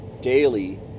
daily